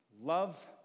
Love